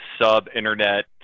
sub-internet